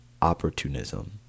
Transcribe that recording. opportunism